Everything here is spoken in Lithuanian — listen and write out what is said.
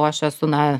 o aš esu na